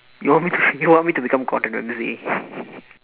you want me to you want me to become gordon-ramsay